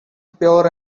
pure